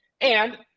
And-